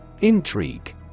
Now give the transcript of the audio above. Intrigue